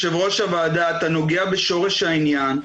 יושב-ראש הוועדה, אתה נוגע בשורש העניין.